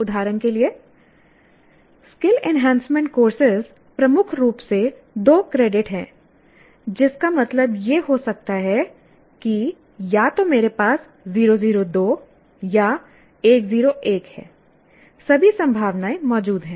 उदाहरण के लिए स्किल एनहैंसमेंट कोर्सेज प्रमुख रूप से 2 क्रेडिट हैं जिसका मतलब यह हो सकता है कि या तो मेरे पास 0 0 2 या 1 0 1 है सभी संभावनाएं मौजूद हैं